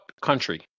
country